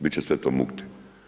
Bit će sve to mukte.